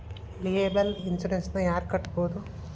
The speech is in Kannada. ಲಿಯೆಬಲ್ ಇನ್ಸುರೆನ್ಸ್ ನ ಯಾರ್ ಕಟ್ಬೊದು?